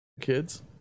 Kids